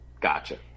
Gotcha